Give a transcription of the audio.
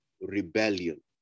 rebellion